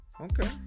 okay